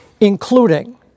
including